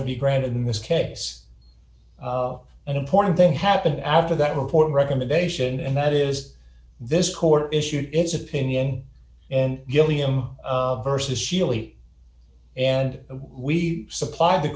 t be granted in this case an important thing happened after that report recommendation and that is this court issued its opinion and gilliam versus sheely and we supplied the